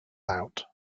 out